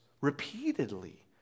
repeatedly